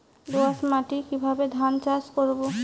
দোয়াস মাটি কিভাবে ধান চাষ করব?